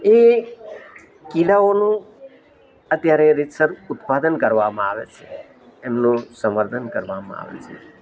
એ કીડાઓનું અત્યારે રીતસર ઉત્પાદન કરવામાં આવે છે એમનું સંવર્ધન કરવામાં આવે છે